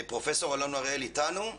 פרופ' אלון הראל איתנו?